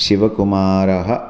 शिवकुमारः